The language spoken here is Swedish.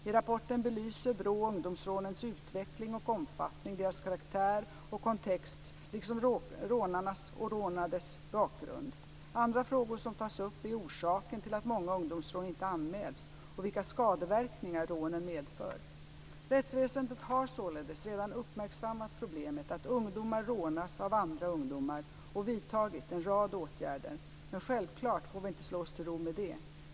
I rapporten belyser BRÅ ungdomsrånens utveckling och omfattning, deras karaktär och kontext liksom rånarnas och de rånades bakgrund. Andra frågor som tas upp är orsaken till att många ungdomsrån inte anmäls och vilka skadeverkningar rånen medför. Rättsväsendet har således redan uppmärksammat problemet att ungdomar rånas av andra ungdomar och vidtagit en rad åtgärder. Men självklart får vi inte slå oss till ro med detta.